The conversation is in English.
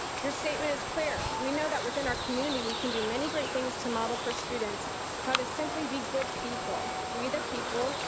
your statement is clear. we know that within our community, we can do many great things to model for students how to simply be good people. we the people,